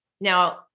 Now